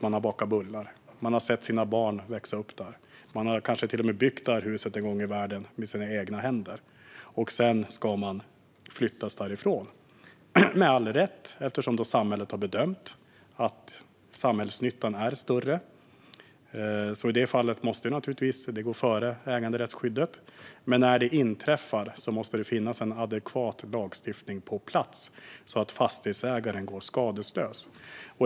Man har bakat bullar i köket. Man har sett sina barn växa upp där. Man har kanske till och med byggt huset med sina händer en gång i världen, och sedan ska man flyttas därifrån. Detta är med all rätt, eftersom samhället har bedömt att samhällsnyttan är större. I det fallet måste detta naturligtvis gå före äganderättsskyddet. Men när det inträffar måste det finnas en adekvat lagstiftning på plats så att fastighetsägaren går skadeslös.